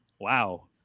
wow